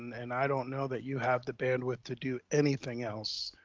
and i don't know that you have the bandwidth to do anything else,